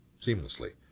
seamlessly